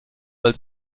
weil